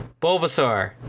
Bulbasaur